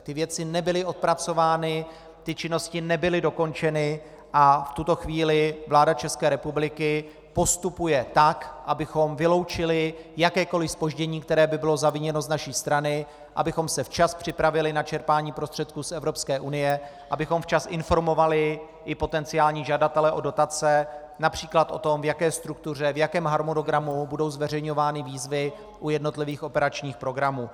Ty věci nebyly odpracovány, ty činnosti nebyly dokončeny, a v tuto chvíli vláda ČR postupuje tak, abychom vyloučili jakékoli zpoždění, které by bylo zaviněno z naší strany, abychom se včas připravili na čerpání prostředků z Evropské unie, abychom včas informovali i potenciální žadatele o dotace např. o tom, v jaké struktuře, v jakém harmonogramu budou zveřejňovány výzvy u jednotlivých operačních programů.